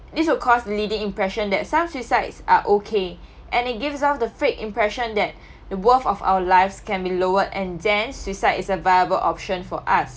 this would cause leading impression that some suicides are okay and it gives off the freak impression that the worth of our lives can be lowered and then suicide is a viable option for us